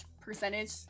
percentage